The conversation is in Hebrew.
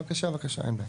בבקשה, בבקשה, אין בעיה.